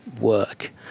work